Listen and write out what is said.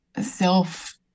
self